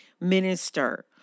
minister